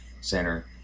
center